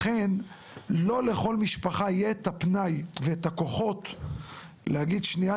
ולכן לא לכל משפחה יהיה את הפנאי ואת הכוחות להגיד שניה,